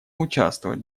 участвовать